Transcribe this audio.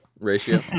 ratio